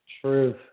True